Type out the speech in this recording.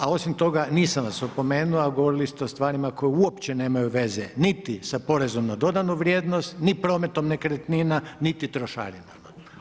A osim toga, nisam vas opomenuo, a govorili ste o stvarima, koje uopće nemaju veze, niti sa porezom na dodanu vrijednost, ni prometom nekretnina, niti trošarinama.